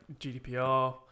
gdpr